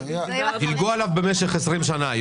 דילגו עליו במשך 20 שנה.